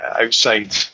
outside